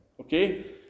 okay